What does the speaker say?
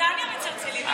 מבריטניה מצלצלים,